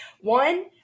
one